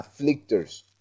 afflictors